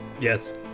Yes